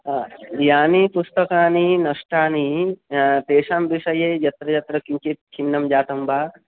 हा यानि पुस्तकानि नष्टानि तेषां विषये यत्र यत्र किञ्चित् छिन्नं जातं बा